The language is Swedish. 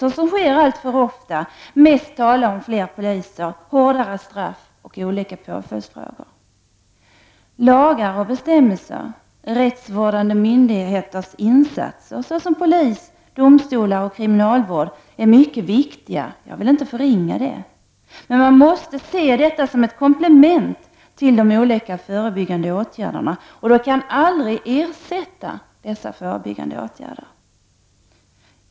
såsom sker alltför ofta, mest tala om fler poliser, hårdare straff och olika påföljdsfrågor. Lagar och bestämmelser, insatser från rättsvårdande myndigheter såsom polis, domstolar och kriminalvård är mycket viktiga, men bör ses som ett komplement till de olika förebyggande åtgärderna, och de kan aldrig ersätta dem.